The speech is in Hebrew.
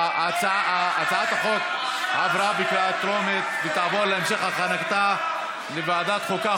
הצעת החוק עברה בקריאה טרומית ותעבור להמשך הכנתה לוועדת החוקה,